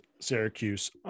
Syracuse